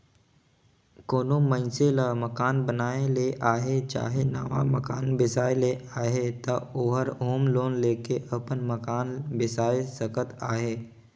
कोनो मइनसे ल मकान बनाए ले अहे चहे नावा मकान बेसाए ले अहे ता ओहर होम लोन लेके अपन मकान बेसाए सकत अहे